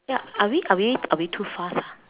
ya are we are we are we too fast ah